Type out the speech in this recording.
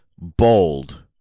bold